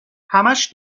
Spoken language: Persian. همش